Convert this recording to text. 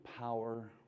power